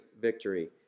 victory